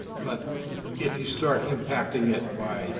but if you start impacting it by